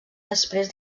després